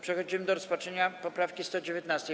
Przechodzimy do rozpatrzenia poprawki 119.